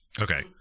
Okay